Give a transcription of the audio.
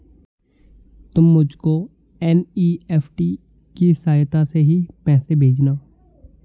तुम मुझको एन.ई.एफ.टी की सहायता से ही पैसे भेजना